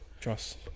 Trust